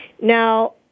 Now